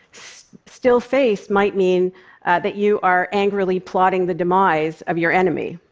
still face might mean that you are angrily plotting the demise of your enemy.